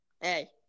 Hey